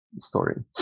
story